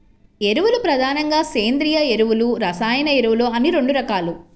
ఎరువులు ప్రధానంగా సేంద్రీయ ఎరువులు, రసాయన ఎరువులు అని రెండు రకాలు